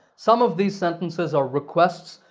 some of these sentences are requests,